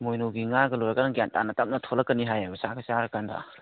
ꯏꯃꯣꯏꯅꯨꯒꯤ ꯉꯥꯒ ꯂꯣꯏꯔ ꯀꯥꯟꯗ ꯒ꯭ꯌꯥꯟ ꯇꯥꯅ ꯇꯞꯅ ꯊꯣꯛꯂꯛꯀꯅꯤ ꯍꯥꯏꯌꯦꯕ ꯆꯥꯛꯀ ꯆꯥꯔ ꯀꯥꯟꯗ